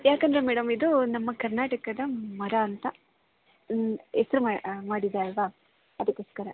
ಯಾಕಂದರೆ ಮೇಡಮ್ ಇದು ನಮ್ಮ ಕರ್ನಾಟಕದ ಮರ ಅಂತ ಹೆಸ್ರು ಮಾಡಿದೆ ಅಲ್ವಾ ಅದಕ್ಕೋಸ್ಕರ